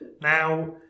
Now